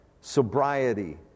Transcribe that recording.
sobriety